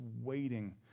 waiting